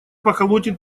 поколотит